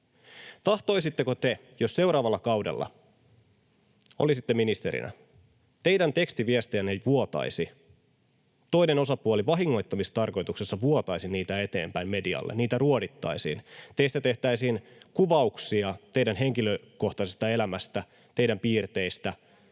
Tahtoisitteko te, jos seuraavalla kaudella olisitte ministerinä, teidän tekstiviestejänne vuotaisi, toinen osapuoli vahingoittamistarkoituksessa vuotaisi niitä eteenpäin medialle, niitä ruodittaisiin, teistä tehtäisiin kuvauksia, teidän henkilökohtaisesta elämästänne, teidän piirteistänne,